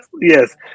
yes